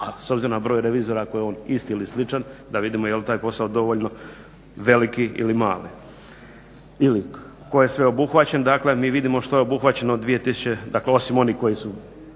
a s obzirom na broj revizora ako je on isti ili sličan da vidimo jel' taj posao dovoljno veliki ili mali. Ili tko je sve obuhvaćen? Dakle, mi vidimo što je obuhvaćeno 2000. Dakle, osim onih koji su,